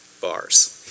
bars